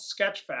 Sketchfab